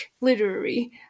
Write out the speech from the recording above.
literary